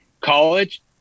college